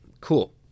Cool